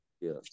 Yes